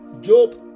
Job